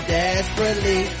desperately